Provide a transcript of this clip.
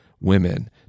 women